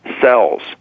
cells